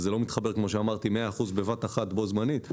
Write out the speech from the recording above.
זה לא מתחבר ב-100 אחוזים בבת אחת בו זמנית.